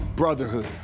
Brotherhood